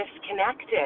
disconnected